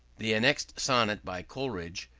the annexed sonnet, by coleridge,